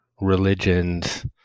religions